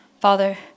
Father